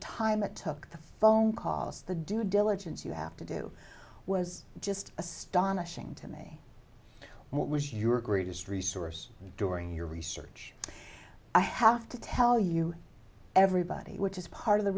time it took the phone calls the due diligence you have to do was just astonishing to me what was your greatest resource during your research i have to tell you everybody which is part of the